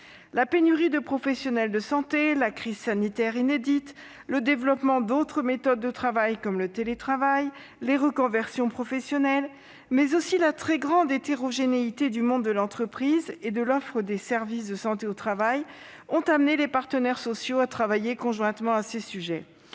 La pénurie de professionnels de santé, la crise sanitaire inédite, le développement d'autres méthodes de travail, comme le télétravail, les reconversions professionnelles, mais aussi la très grande hétérogénéité du monde de l'entreprise et de l'offre des services de santé au travail ont amené les partenaires sociaux à travailler conjointement sur ces sujets.